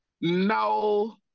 No